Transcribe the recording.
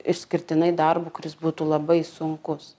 išskirtinai darbo kuris būtų labai sunkus